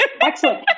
Excellent